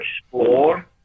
explore